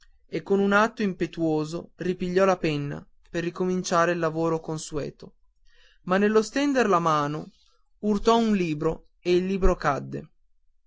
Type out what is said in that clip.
e con un atto impetuoso ripigliò la penna per ricominciare il lavoro consueto ma nello stender la mano urtò un libro e il libro cadde